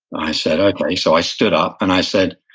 i said, okay, so i stood up and i said,